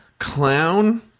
Clown